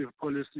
policy